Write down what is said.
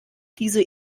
diese